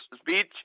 speech